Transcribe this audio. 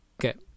get